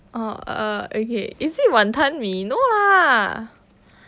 oh err okay is it wanton mee no lah